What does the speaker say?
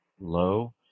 low